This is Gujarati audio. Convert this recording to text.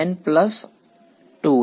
n2મિ